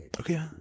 Okay